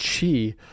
chi